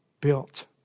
built